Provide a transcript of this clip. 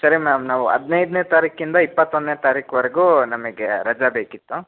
ಸರಿ ಮ್ಯಾಮ್ ನಾವು ಹದಿನೈದನೇ ತಾರೀಕಿಂದ ಇಪ್ಪತ್ತೊಂದನೇ ತಾರೀಕುವರೆಗೂ ನಮಗೆ ರಜೆ ಬೇಕಿತ್ತು